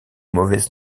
mauvaise